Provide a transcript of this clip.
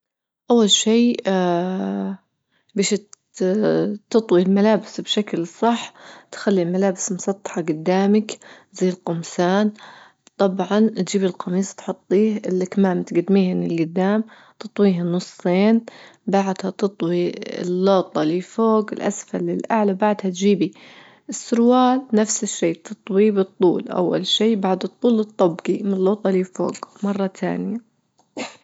أول شيء بيش تطوي الملابس بشكل صح تخلي الملابس مسطحة جدامك زى الجمصان طبعا تجيب القميص تحطيه الكمام تجدميهن لجدام تطويهم نصين بعدها تطوى اللوطة اللي فوج الأسفل للأعلى بعدها تجيبي السروال نفس الشي تطويه بالطول أول شي بعد الطول تطبجيه من اللوطة اللي فوج مرة تانية.